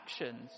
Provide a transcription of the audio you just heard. actions